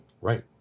Right